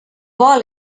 vol